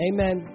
Amen